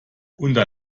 unter